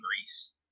Greece